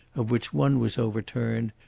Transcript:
of which one was overturned,